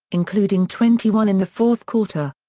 including twenty one in the fourth quarter.